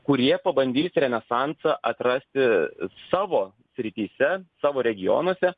kurie pabandys renesansa atrasti savo srityse savo regionuose